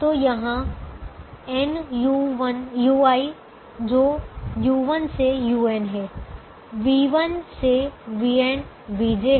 तो यहां n ui जो u1 से un है v1 से vn vj हैं